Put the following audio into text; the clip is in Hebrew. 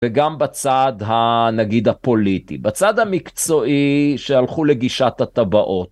וגם בצד הנגיד הפוליטי, בצד המקצועי שהלכו לגישת הטבעות.